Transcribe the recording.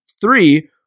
three